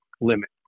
limit